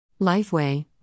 Lifeway